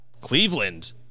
Cleveland